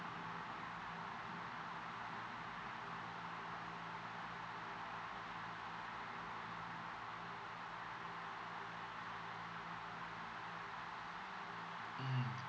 mm